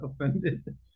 offended